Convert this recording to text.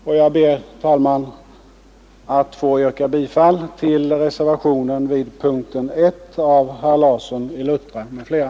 Jag ber, herr talman, att få yrka bifall till reservationen av herr Larsson i Luttra m.fl.